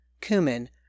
cumin